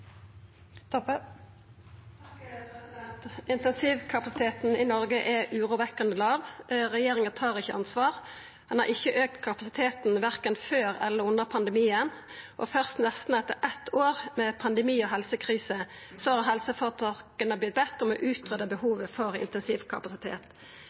Intensivkapasiteten i Noreg er urovekkjande låg. Regjeringa tar ikkje ansvar. Ein har ikkje auka kapasiteten verken før eller under pandemien, og først nesten etter eitt år med pandemi og helsekrise har helseføretaka vorte bedne om å